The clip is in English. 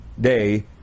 day